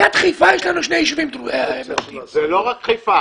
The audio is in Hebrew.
ליד חיפה יש לנו שני יישובים --- זה לא רק חיפה.